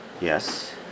Yes